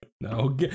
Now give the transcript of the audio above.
No